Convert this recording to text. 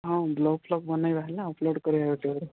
ହଁ blog vlog ବନାଇବା ହେଲା ଅପଲୋଡ଼୍ କରିବା ଯଦି ହବ